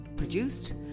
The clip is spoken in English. Produced